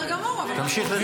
בסדר גמור, אבל --- תמשיך לדבר.